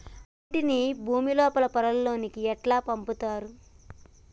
నీటిని భుమి లోపలి పొరలలోకి ఎట్లా పంపుతరు?